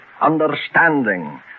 Understanding